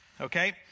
Okay